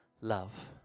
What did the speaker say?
love